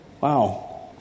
Wow